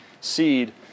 seed